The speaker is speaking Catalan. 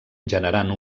generant